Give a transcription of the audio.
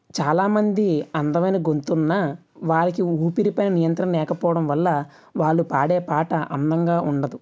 చాలామంది అందమైన గొంతు ఉన్న వారికి ఊపిరిపై నియంత్రణ లేకపోవడం వల్ల వాళ్లు పాడే పాట అందంగా ఉండదు